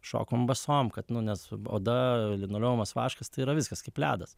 šokom basom kad nu nes oda linoleumas vaškas tai yra viskas kaip ledas